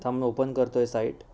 थांब मी ओपन करतो आहे साईट